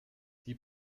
die